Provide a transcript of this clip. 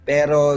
Pero